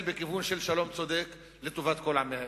בכיוון של שלום צודק לטובת כל עמי האזור.